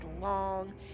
long